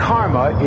Karma